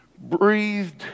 breathed